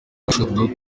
bishop